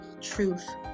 truth